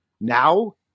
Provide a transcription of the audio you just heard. now